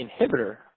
inhibitor